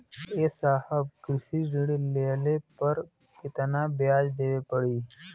ए साहब कृषि ऋण लेहले पर कितना ब्याज देवे पणी?